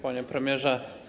Panie Premierze!